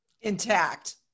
intact